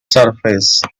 surface